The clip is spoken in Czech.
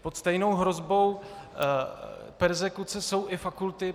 Pod stejnou hrozbou perzekuce jsou i fakulty.